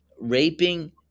raping